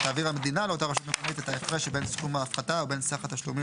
תעביר המדינה לאותה רשות מקומית את ההפרש שבין סכום ההפחתה ובין סך התשלומים